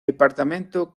departamento